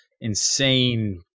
insane